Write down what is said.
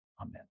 Amen